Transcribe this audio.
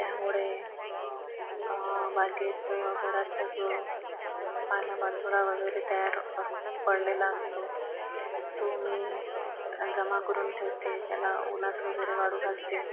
त्यामुळे बागेत बराचसा जो पालापाचोळा वगैरे तयार असं पडलेला असतो तो मी जमा करून ठेवते त्याला उन्हात वगैरे वाळू घालते